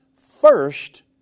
first